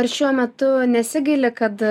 ar šiuo metu nesigaili kad